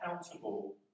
accountable